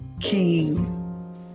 King